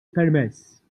permess